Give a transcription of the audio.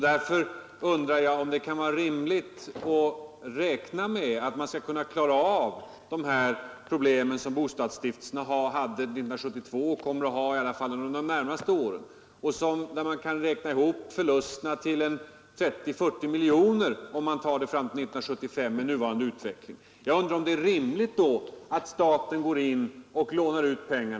Därför undrar jag om det kan vara rimligt att försöka lösa de problem som bostadsstiftelserna hade under 1972 och kommer att ha under de närmaste åren — en beräknad förlust på 30 å 40 miljoner kronor fram till 1975 med nuvarande utveckling — genom att staten går in och lånar ut pengar.